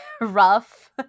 rough